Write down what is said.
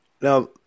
Now